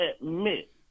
admit